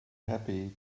happy